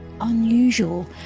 unusual